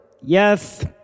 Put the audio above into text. Yes